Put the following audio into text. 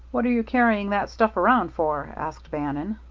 what are you carrying that stuff around for? asked bannon.